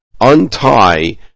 untie